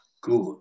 good